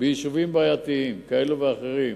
ביישובים בעייתיים כאלה ואחרים,